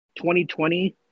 2020